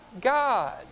God